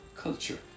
culture